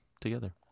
together